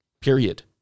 Period